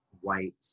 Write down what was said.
white